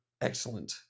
excellent